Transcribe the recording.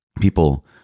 people